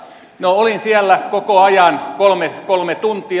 no olin siellä koko ajan kolme tuntia